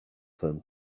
them